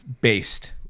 based